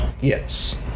Yes